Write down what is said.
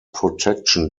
protection